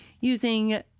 using